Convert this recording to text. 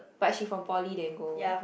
but she from poly leh go